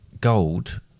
Gold